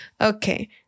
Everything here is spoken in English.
okay